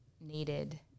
needed